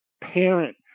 parent